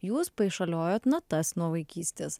jūs paišaliojot natas nuo vaikystės